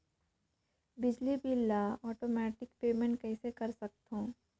बिजली बिल ल automatic payment कइसे कर सकथव?